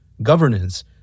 governance